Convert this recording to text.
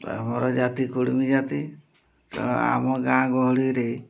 ଆମର ଜାତି କୁଡ଼ମୀ ଜାତି ଆମ ଗାଁ ଗହଳିରେ